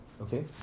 okay